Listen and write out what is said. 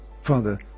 Father